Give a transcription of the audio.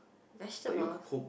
vegetable